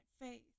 faith